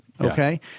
Okay